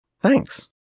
Thanks